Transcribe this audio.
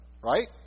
right